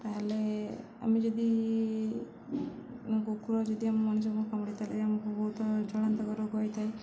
ତାହେଲେ ଆମେ ଯଦି କୁକୁର ଯଦି ଆମ ମଣିଷକୁ କାମୁଡ଼େ ତାହେଲେ ଆମକୁ ବହୁତ ଜଳାନ୍ତକ ରୋଗ ହୋଇଥାଏ